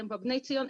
אתם בבני ציון,